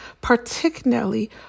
particularly